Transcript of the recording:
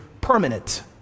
permanent